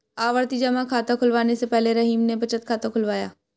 आवर्ती जमा खाता खुलवाने से पहले रहीम ने बचत खाता खुलवाया